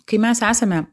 kai mes esame